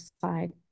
side